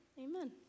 Amen